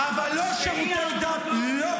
אבל לא שירותי דת ------ אורתודוקסים.